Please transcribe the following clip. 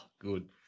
good